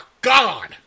God